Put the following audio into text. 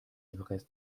everest